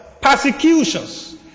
Persecutions